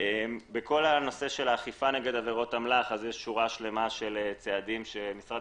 בכל הנושא של אכיפה נגד עבירות אמל"ח יש שורה שלמה של צעדים שמשרד